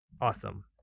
Awesome